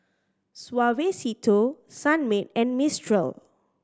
Suavecito Sunmaid and Mistral